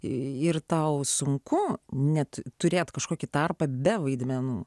ir tau sunku net turėti kažkokį tarpą be vaidmenų